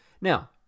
Now